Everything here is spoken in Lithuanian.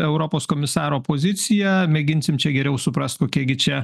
europos komisaro poziciją mėginsim čia geriau suprast kokie gi čia